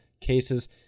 cases